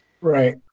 Right